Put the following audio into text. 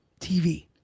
TV